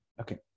Okay